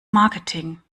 marketing